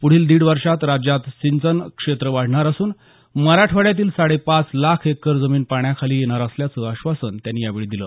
पुढील दीड वर्षात राज्यात सिंचन क्षेत्र वाढणार असून मराठवाड्यातील साडेपाच लाख एकर जमीन पाण्याखाली येणार असल्याचं आश्वासनं त्यांनी यावेळी दिलं